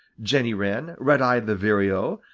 jenny wren, redeye the vireo,